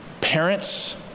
parents